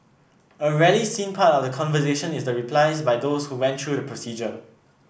a rarely seen part of the conversation is the replies by those who went through the procedure